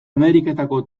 ameriketako